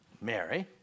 Mary